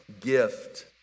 gift